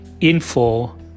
info